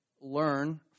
learn